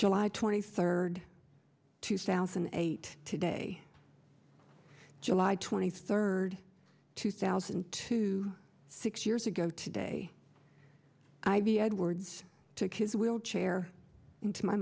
july twenty third two thousand and eight today july twenty third two thousand and two six years ago today i'd be edwards took his wheelchair into my